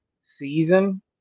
season